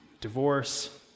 divorce